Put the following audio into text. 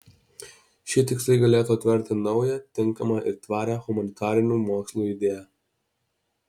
šie tikslai galėtų atverti naują tinkamą ir tvarią humanitarinių mokslų idėją